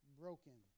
broken